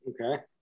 Okay